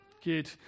Good